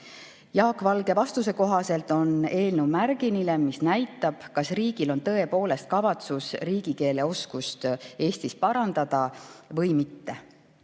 Jaak Valge vastuse kohaselt on eelnõu märgiline. Selle [käekäik] näitab, kas riigil on tõepoolest kavatsus riigikeeleoskust Eestis parandada või mitte. Signe